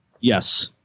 Yes